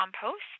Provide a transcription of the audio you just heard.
compost